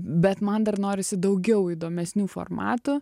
bet man dar norisi daugiau įdomesnių formatų